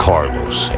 Carlos